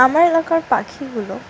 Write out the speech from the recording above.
আমার এলাকার পাখিগুলো